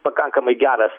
pakankamai geras